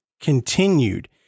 continued